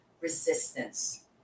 resistance